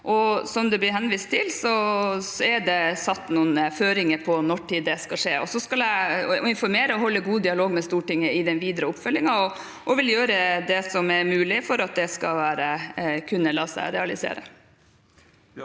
Som det blir henvist til, er det satt noen føringer for når det skal skje. Jeg skal informere og holde god dialog med Stortinget i den videre oppfølgingen, og jeg vil gjøre det som er mulig for at det skal kunne la seg realisere.